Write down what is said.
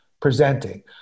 presenting